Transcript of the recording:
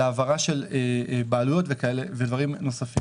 על העברה של בעלויות ודברים נוספים.